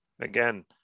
again